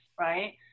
right